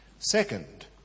Second